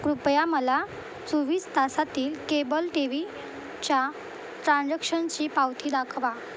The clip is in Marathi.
कृपया मला चोवीस तासातील केबल टी व्हीच्या ट्रान्झॅक्शनची पावती दाखवा